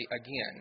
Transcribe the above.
again